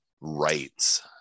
rights